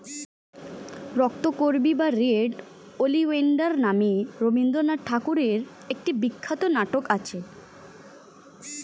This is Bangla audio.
রক্তকরবী বা রেড ওলিয়েন্ডার নামে রবিন্দ্রনাথ ঠাকুরের একটি বিখ্যাত নাটক আছে